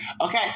Okay